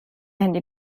handy